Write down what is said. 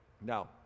now